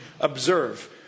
observe